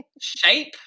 shape